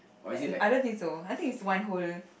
and I don't think so I think is one whole